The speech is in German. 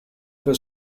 für